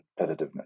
competitiveness